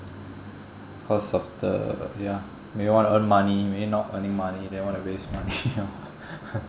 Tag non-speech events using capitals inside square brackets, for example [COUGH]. cause of the ya maybe want to earn money maybe not earning money they want to waste money orh [LAUGHS]